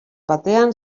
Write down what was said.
batean